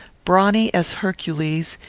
brawny as hercules,